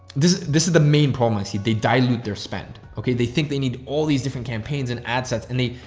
this this is the main problem i see. they dilute their spend. okay. they think they need all these different campaigns and ad sets and they,